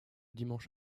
dimanche